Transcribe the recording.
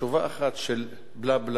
תשובה אחת של בלה-בלה-בלה,